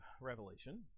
Revelation